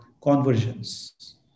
convergence